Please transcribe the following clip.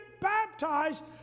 baptized